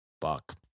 Fuck